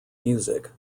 music